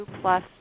plus